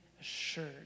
assured